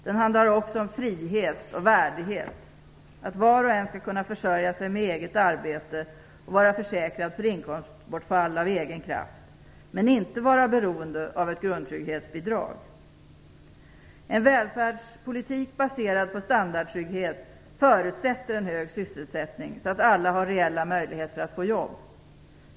Den handlar också om frihet och värdighet - att var och en skall kunna försörja sig med eget arbete och vara försäkrad för inkomstbortfall av egen kraft, men inte vara beroende av ett grundtrygghetsbidrag. En välfärdspolitik baserad på standardtrygghet förutsätter en hög sysselsättning så att alla har reella möjligheter att få jobb.